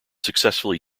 successfully